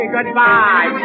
Goodbye